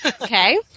Okay